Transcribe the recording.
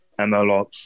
MLOps